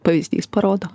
pavyzdys parodo